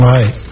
Right